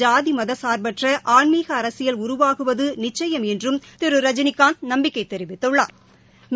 ஜாதி மத்ளா்பற்ற ஆன்மீக அரசியல் உருவாகுவது நிச்சயம் என்றும் திரு ரஜினிகாந்த் நம்பிக்கை தெரிவித்துள்ளாா்